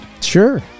Sure